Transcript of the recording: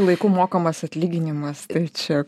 laiku mokamas atlyginimas tai čia